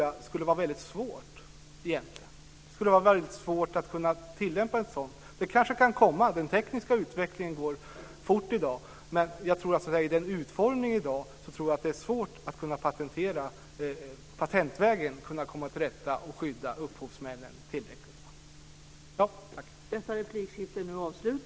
Det skulle vara väldigt svårt att tillämpa. Det kanske kan komma. Den tekniska utvecklingen går fort i dag. Men i dagens utformning tror jag att det är svårt att patentvägen kunna komma till rätta med problemet och skydda upphovsmännen tillräckligt.